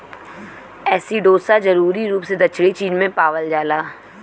एसिडोसा जरूरी रूप से दक्षिणी चीन में पावल जाला